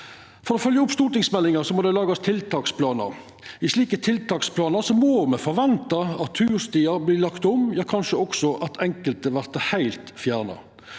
For å følgja opp stortingsmeldinga må det lagast tiltaksplanar. I slike tiltaksplanar må me forventa at turstiar vert lagde om, kanskje også at enkelte vert heilt fjerna.